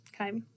Okay